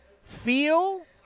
Feel